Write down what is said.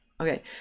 Okay